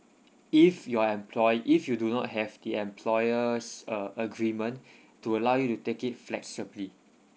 if you are employ if you do not have the employer's uh agreement to allow you to take it flexibly